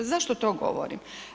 Zašto to govorim?